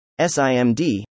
SIMD